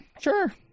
sure